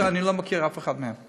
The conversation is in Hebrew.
שאני לא מכיר אף אחד מהם.